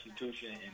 institution